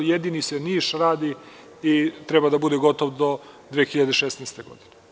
Jedini se Niš radi i treba da bude gotov do 2016. godine.